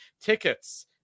Tickets